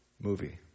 movie